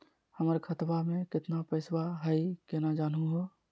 हमर खतवा मे केतना पैसवा हई, केना जानहु हो?